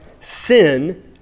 sin